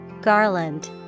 Garland